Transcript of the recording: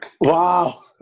wow